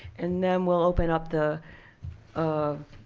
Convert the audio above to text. and then we'll open up the um